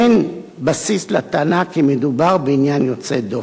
אין בסיס לטענה שמדובר בעניין יוצא דופן.